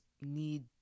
need